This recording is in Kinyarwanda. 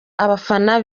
abafana